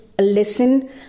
listen